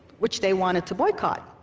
which they wanted to boycott.